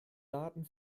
daten